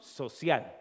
social